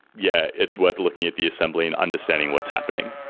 yeah, it's worth looking at the assembly and understanding what's happening.